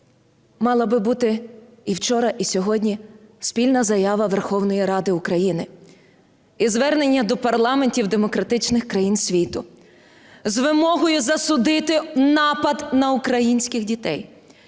Мала би бути і вчора, і сьогодні, спільна заява Верховної Ради України і звернення до парламентів демократичних країн світу з вимогою засудити напад на українських дітей.